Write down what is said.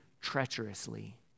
treacherously